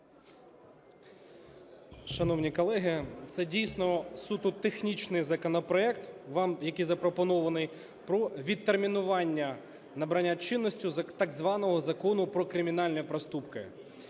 Шановні колеги, це, дійсно, суто технічний законопроект, який запропонований про відтермінування набрання чинності так званого Закону про кримінальні проступки.